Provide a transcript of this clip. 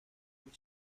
هنوز